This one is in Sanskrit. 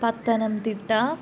पत्तनं तिट्टा